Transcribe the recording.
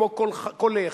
כמו "קולך",